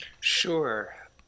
Sure